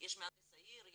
יש את מהנדס העיר,